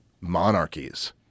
monarchies